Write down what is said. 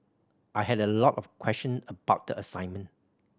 I had a lot of question about the assignment